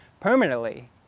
permanently